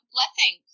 Blessing